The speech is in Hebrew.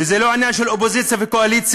וזה לא עניין של אופוזיציה וקואליציה,